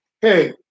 hey